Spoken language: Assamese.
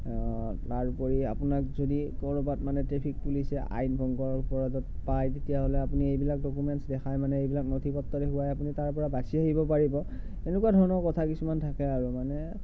তাৰ উপৰি আপোনাক যদি ক'ৰবাত মানে ট্ৰেফিক পুলিচে আইন ভংগ কৰাটোত পায় তেতিয়াহ'লে আপুনি এইবিলাক ডকোমেণ্টচ দেখায় মানে এইবিলাক নথি পত্ৰ দেখুৱাই আপুনি তাৰপৰা বাচি আহিব পাৰিব এনেকুৱা ধৰণৰ কথা কিছুমান থাকে আৰু মানে